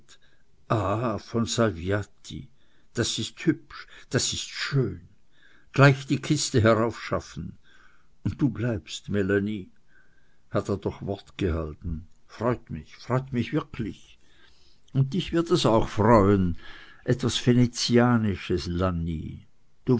von salviati das ist hübsch das ist schön gleich die kiste heraufschaffen und du bleibst melanie hat er doch wort gehalten freut mich freut mich wirklich und dich wird es auch freuen etwas venezianisches